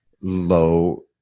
low